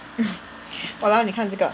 !walao! 你看这个